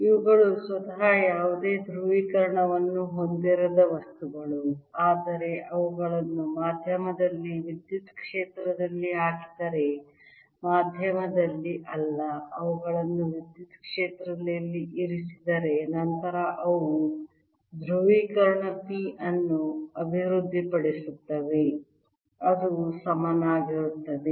ಇವುಗಳು ಸ್ವತಃ ಯಾವುದೇ ಧ್ರುವೀಕರಣವನ್ನು ಹೊಂದಿರದ ವಸ್ತುಗಳು ಆದರೆ ಅವುಗಳನ್ನು ಮಾಧ್ಯಮದಲ್ಲಿ ವಿದ್ಯುತ್ ಕ್ಷೇತ್ರದಲ್ಲಿ ಹಾಕಿದರೆ ಮಾಧ್ಯಮದಲ್ಲಿ ಅಲ್ಲ ಅವುಗಳನ್ನು ವಿದ್ಯುತ್ ಕ್ಷೇತ್ರದಲ್ಲಿ ಇರಿಸಿದರೆ ನಂತರ ಅವು ಧ್ರುವೀಕರಣ P ಅನ್ನು ಅಭಿವೃದ್ಧಿಪಡಿಸುತ್ತವೆ ಅದು ಸಮಾನವಾಗಿರುತ್ತದೆ